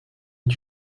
est